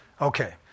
Okay